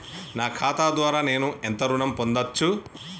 నా ఖాతా ద్వారా నేను ఎంత ఋణం పొందచ్చు?